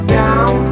down